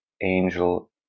angel